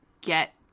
get